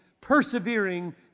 persevering